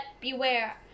beware